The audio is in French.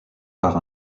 par